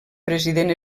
president